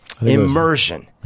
Immersion